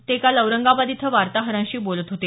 ते काल औरंगाबाद इथं वार्ताहरांशी बोलत होते